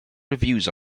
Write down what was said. reviews